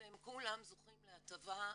אז כולם זוכים להטבה,